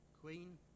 queen